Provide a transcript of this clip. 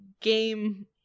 game